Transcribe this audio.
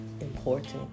important